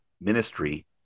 ministry